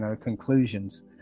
conclusions